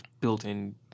built-in